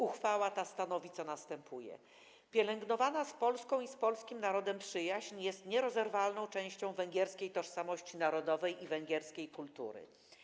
Uchwała ta stanowi, co następuje: Pielęgnowana z Polską i z polskim narodem przyjaźń jest nierozerwalną częścią węgierskiej tożsamości narodowej i węgierskiej kultury.